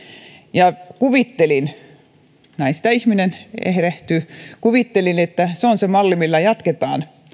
ja kuvittelin näin sitä ihminen erehtyy että se on se malli millä jatketaan